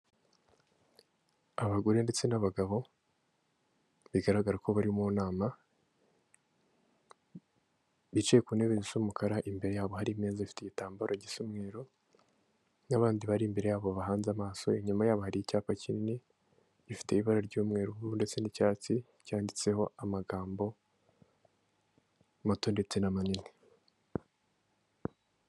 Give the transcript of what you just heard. Abagore n'abagabo bigaragara ko bari mu nama bicaye ku ntebe zisa mukaraka, imbere yabo hari imeza ifite igitambaro gisa umweru n'abandi bari imbere yabo ba bahanze amaso. Inyuma yabo hari icyapa kinini ifite ibara ry'umweru ndetse n'icyatsi cyanyanditseho amagambo mato ndetse n'amanini.